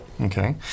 Okay